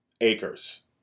acres